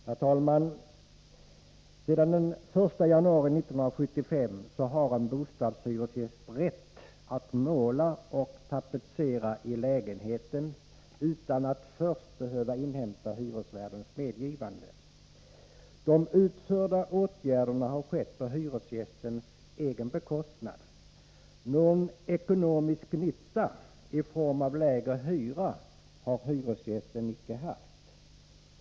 Herr talman! Sedan den 1 januari 1975 har en bostadshyresgäst rätt att måla och tapetsera i lägenheten utan att först behöva inhämta hyresvärdens medgivande. De utförda åtgärderna har skett på hyresgästens egen bekost nad. Någon ekonomisk nytta i form av lägre hyra har hyresgästen icke haft.